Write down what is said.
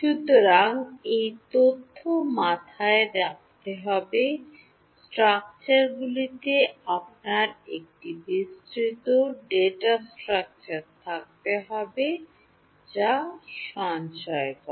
সুতরাং এই তথ্য মাথায় রাখতে হবে স্ট্রাকচারগুলিতে আপনার একটি বিস্তৃত ডেটা স্ট্রাকচার থাকতে হবে যা সঞ্চয় করে